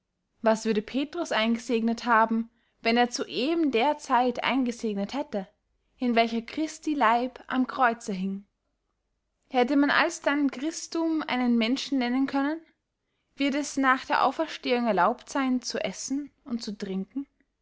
was würde petrus eingesegnet haben wenn er zu eben der zeit eingesegnet hätte in welcher christi leib am kreuze hieng hätte man alsdann christum einen menschen nennen können wird es nach der auferstehung erlaubt seyn zu essen und zu trinken